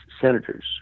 Senators